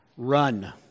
run